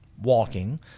walking